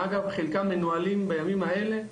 שאגב חלקם מנוהלים בימים האלה,